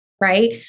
Right